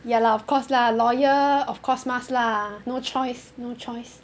ya lah of course lah lawyer of course must lah no choice no choice